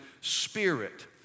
spirit